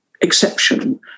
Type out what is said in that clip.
exception